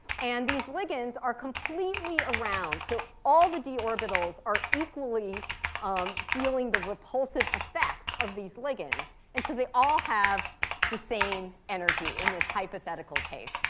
and these ligands are completely around. so all the d orbitals are equally um feeling the repulsive effects of these ligands. and so they all have the same energy in this hypothetical case.